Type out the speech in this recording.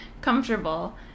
comfortable